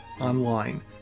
Online